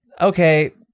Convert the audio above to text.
okay